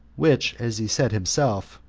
which, as he said himself,